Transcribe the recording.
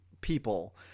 people